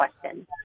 question